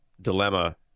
dilemma